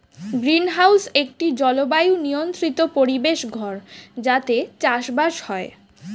greenhouse একটি জলবায়ু নিয়ন্ত্রিত পরিবেশ ঘর যাতে চাষবাস হয়